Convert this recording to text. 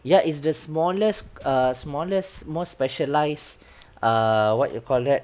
ya it's the smallest err smallest more specialised err what you call that